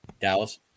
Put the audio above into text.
Dallas